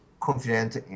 Confident